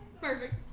Perfect